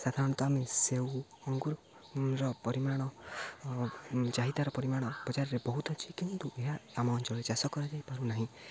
ସାଧାରଣତଃ ଆମେ ସେଉ ଅଙ୍ଗୁରର ପରିମାଣ ଚାହିଦାର ପରିମାଣ ବଜାରରେ ବହୁତ ଅଛି କିନ୍ତୁ ଏହା ଆମ ଅଞ୍ଚଳରେ ଚାଷ କରାଯାଇପାରୁନାହିଁ